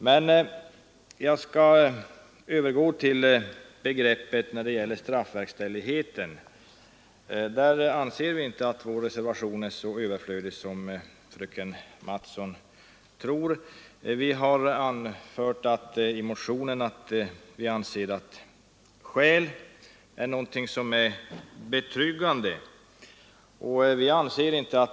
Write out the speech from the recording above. Vår reservation om uppskov med straffverkställhet anser vi alls icke överflödig. I en motion har vi anfört att uppskov bör medges om skäl därtill föreligger.